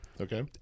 okay